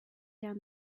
down